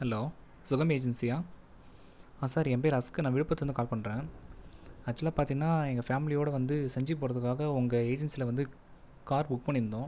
hello சிலம்பு ஏஜென்சியா sir என் பெயர் அஸ்கன் நான் விழுப்புரத்தில் இருந்து கால் பண்ணுறேன் ஆக்சுவலாக பார்த்திங்னா எங்கள் ஃபேமிலியோட வந்து செஞ்சி போறதுக்காக உங்கள் ஏஜென்சியில் வந்து கார் புக் பண்ணியிருந்தோம்